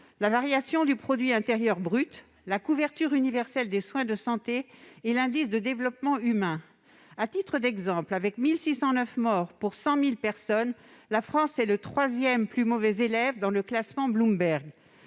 la variation du produit intérieur brut, la couverture universelle des soins de santé et l'indice de développement humain. À titre d'exemple, avec 1 609 morts pour 100 000 personnes, la France est le troisième plus mauvais élève dans le classement Bloomberg.